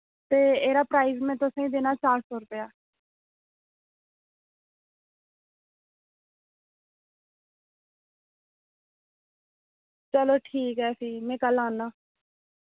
ते एह्दा प्राईस में तुसेंगी देना चार सौ रपेआ चलो ठीक ऐ फ्ही में कल आन्ना